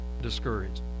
discouraged